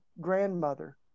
grandmother